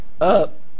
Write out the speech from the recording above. up